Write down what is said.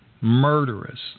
murderous